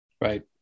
Right